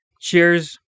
Cheers